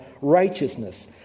righteousness